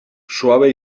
suave